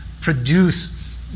produce